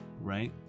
right